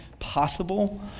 possible